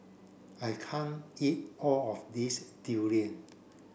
I can't eat all of this durian